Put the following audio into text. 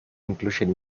incluyen